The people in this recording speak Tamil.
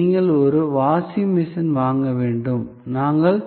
நீங்கள் ஒரு வாஷிங் மெஷின் வாங்க வேண்டும் நாங்கள்